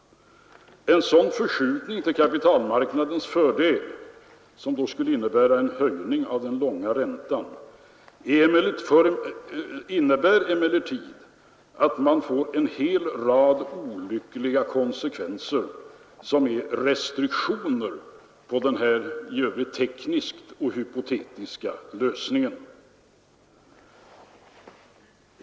En sådan förskjutning till kapitalmarknadens fördel, som då skulle innebära en höjning av den långa räntan, innebär emellertid att man får en hel rad olyckliga konsekvenser som är restriktioner i fråga om denna i övrigt tekniska och hypotetiska lösning.